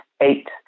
eight